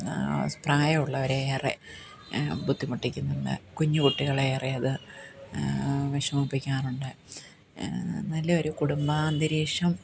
പ്രായവുള്ളവരേ ഏറെ ബുദ്ധിമുട്ടിക്കുന്നത് കുഞ്ഞു കുട്ടികളേറെ അത് വിഷമിപ്പിക്കാറുണ്ട് നല്ലയൊരു കുടുംബാന്തരീക്ഷം